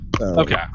Okay